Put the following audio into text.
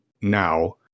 now